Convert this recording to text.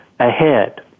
ahead